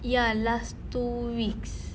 ya last two weeks